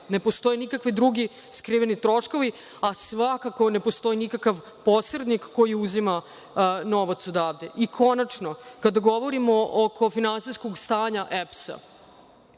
Ne postoje nikakvi drugi skriveni troškovi, a svakako ne postoji nikakav posrednik koji uzima novac odavde.I konačno, kada govorimo oko finansijskog stanja EPS-a,